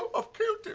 ah i've killed him.